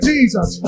Jesus